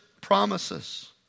promises